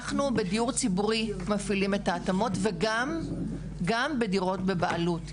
אנחנו בדיור ציבורי מפעילים את ההתאמות וגם בדירות בבעלות.